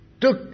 took